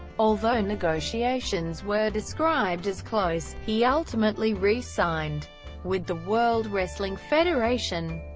although negotiations were described as close, he ultimately re-signed with the world wrestling federation.